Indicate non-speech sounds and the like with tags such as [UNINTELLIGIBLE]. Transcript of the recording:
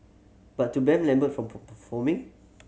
but to ban Lambert from [UNINTELLIGIBLE] performing